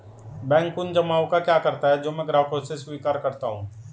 Bank उन जमाव का क्या करता है जो मैं ग्राहकों से स्वीकार करता हूँ?